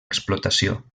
explotació